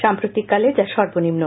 সাম্প্রতিক কালে যা সর্বনিম্ন